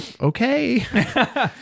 Okay